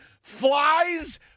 Flies